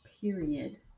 period